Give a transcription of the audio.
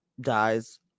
dies